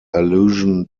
allusion